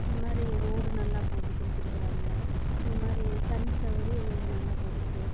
இந்த மாதிரி ரோடு நல்லா போட்டு கொடுத்துருக்காங்க இந்த மாதிரி தண்ணி சவுகரியம் எங்களுக்கு நல்லா போட்டு கொடு